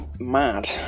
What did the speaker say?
mad